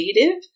creative